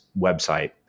website